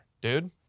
dude